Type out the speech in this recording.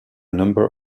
number